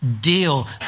deal